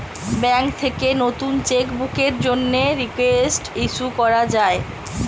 bank থেকে নতুন cheque বুকের জন্যে রিকোয়েস্ট ইস্যু করা যায়